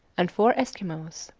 and four eskimos.